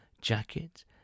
jacket